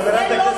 ברור.